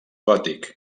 gòtic